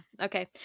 Okay